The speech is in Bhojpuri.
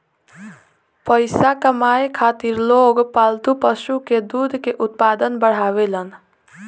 पइसा कमाए खातिर लोग पालतू पशु के दूध के उत्पादन बढ़ावेलन